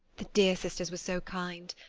the dear sisters were so kind.